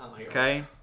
okay